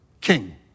king